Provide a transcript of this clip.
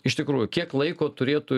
iš tikrųjų kiek laiko turėtų